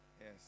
Yes